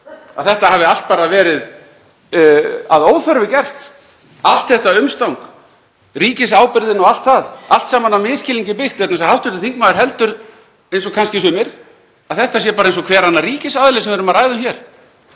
að þetta hafi allt verið að óþörfu gert, allt þetta umstang, ríkisábyrgðin og allt það, allt saman á misskilningi byggt? Vegna þess að hv. þingmaður heldur, eins og kannski sumir, að þetta sé bara eins og hver annar ríkisaðili sem við ræðum hér.